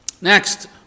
Next